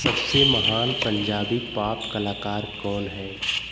सबसे महान पंजाबी पॉप कलाकार कौन हैं